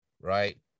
right